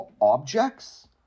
objects